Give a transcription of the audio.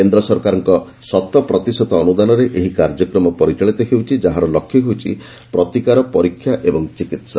କେନ୍ଦ୍ର ସରକାରଙ୍କର ଶତପ୍ରତିଶତ ଅନୁଦାନରେ ଏହି କାର୍ଯ୍ୟକ୍ରମ ପରିଚାଳିତ ହେଉଛି ଯାହାର ଲକ୍ଷ୍ୟ ହେଉଛି ପ୍ରତିକାର ପରୀକ୍ଷା ଏବଂ ଚିକିତ୍ସା